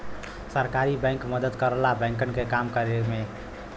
सहकारी बैंक मदद करला बैंकन के काम करे में